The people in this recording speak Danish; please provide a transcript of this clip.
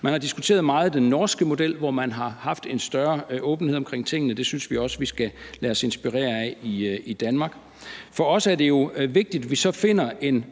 Man har diskuteret den norske model meget, hvor man har haft en større åbenhed omkring tingene. Det synes vi også vi skal lade os inspirere af i Danmark. For os er det jo vigtigt, at vi så finder en